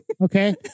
Okay